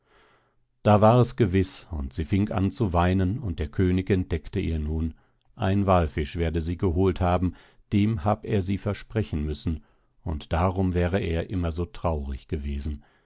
da war es gewiß und sie fing an zu weinen und der könig entdeckte ihr nun ein wallfisch werde sie geholt haben dem hab er sie versprechen müssen und darum wäre er immer so traurig gewesen